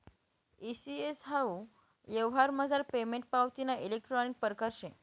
E CS हाऊ यवहारमझार payment पावतीना इलेक्ट्रानिक परकार शे